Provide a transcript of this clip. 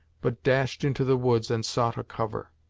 but dashed into the woods and sought a cover.